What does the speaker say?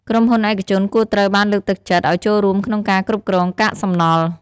ក្រុមហ៊ុនឯកជនគួរត្រូវបានលើកទឹកចិត្តឲ្យចូលរួមក្នុងការគ្រប់គ្រងកាកសំណល់។